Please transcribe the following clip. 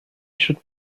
should